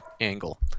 angle